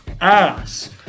ass